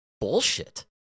bullshit